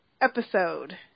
episode